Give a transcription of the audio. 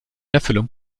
erfüllung